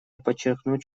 подчеркнуть